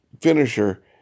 finisher